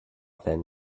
than